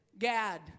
Gad